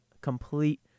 complete